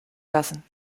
lassen